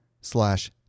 slash